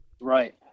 Right